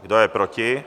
Kdo je proti?